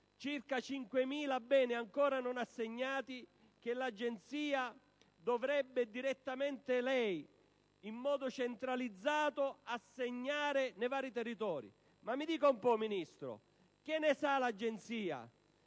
circa 5.000 beni ancora non assegnati che l'Agenzia dovrebbe direttamente, in modo centralizzato, assegnare nei vari territori. Ma mi dica un po', Ministro: che ne sa l'Agenzia